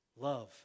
Love